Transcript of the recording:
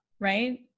right